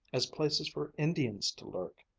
as places for indians to lurk,